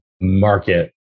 market